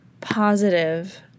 positive